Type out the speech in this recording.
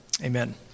Amen